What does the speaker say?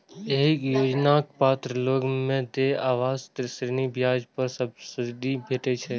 एहि योजनाक पात्र लोग कें देय आवास ऋण ब्याज पर सब्सिडी भेटै छै